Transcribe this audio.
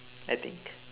I think